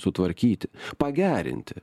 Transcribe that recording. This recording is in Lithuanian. sutvarkyti pagerinti